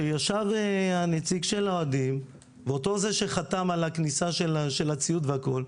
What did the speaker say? שישר הנציג של האוהדים ואותו זה שחתם על הכניסה של הציוד והכול,